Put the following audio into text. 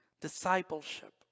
discipleship